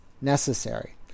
necessary